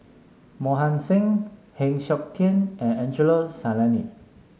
Mohan Singh Heng Siok Tian and Angelo Sanelli